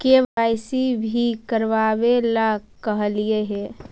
KYC भी करवावेला कहलिये हे?